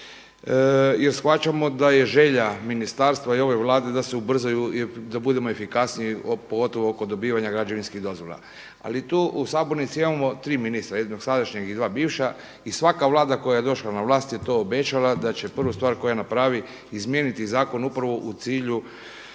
jer shvaćamo da je želja ministarstva i ove Vlade da se ubrzaju, da budemo efikasniji pogotovo kod dobivanja građevinskih dozvola, ali tu u sabornici imamo tri ministra, jednog sadašnjeg i dva bivša i svaka Vlada koja je došla na vlast je to obećala da će prvu stvar koju će napraviti izmijeniti zakon upravo u cilju